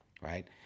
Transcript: Right